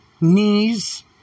knees